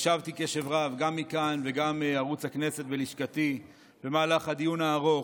הקשבתי קשב רב גם מכאן וגם מערוץ הכנסת בלשכתי במהלך הדיון הארוך,